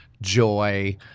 joy